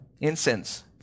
incense